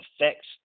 affects